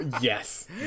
Yes